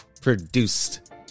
Produced